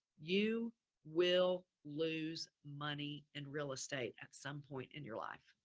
you will lose money in real estate at some point in your life.